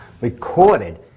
recorded